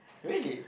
really